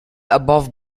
above